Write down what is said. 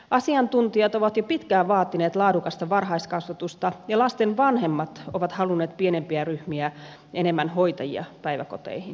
asiantuntijat ovat jo pitkään vaatineet laadukasta varhaiskasvatusta ja lasten vanhemmat ovat halunneet pienempiä ryhmiä ja enemmän hoitajia päiväkoteihin